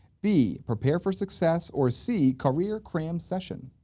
b, prepare for success, or c, career cram session?